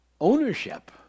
ownership